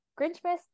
Grinchmas